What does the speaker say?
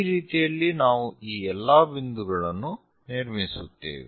ಈ ರೀತಿಯಲ್ಲಿ ನಾವು ಈ ಎಲ್ಲಾ ಬಿಂದುಗಳನ್ನು ನಿರ್ಮಿಸುತ್ತೇವೆ